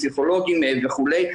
פסיכולוגים וכולי,